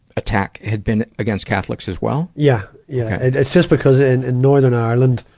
attack had been against catholics as well? yeah. yeah. it's just because in northern ireland,